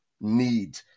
need